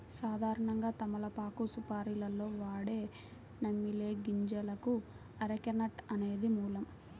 సాధారణంగా తమలపాకు సుపారీలో వాడే నమిలే గింజలకు అరెక నట్ అనేది మూలం